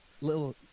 little